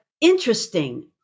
interesting